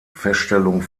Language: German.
feststellung